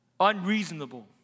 unreasonable